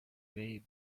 way